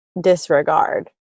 disregard